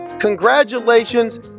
Congratulations